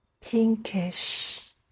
pinkish